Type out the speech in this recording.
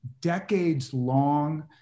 decades-long